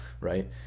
right